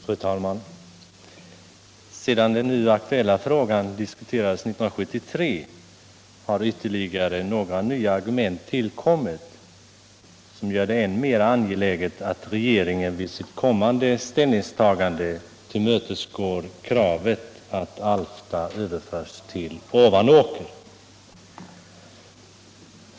Fru talman! Sedan den nu aktuella frågan diskuterades 1973 har ytterligare några nya argument tillkommit som gör det än mer angeläget att regeringen vid sitt kommande ställningstagande tillmötesgår kravet att Alfta överförs till Ovanåker.